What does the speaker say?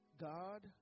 God